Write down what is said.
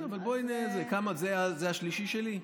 כן, אבל בואי, זה השלישי שלי?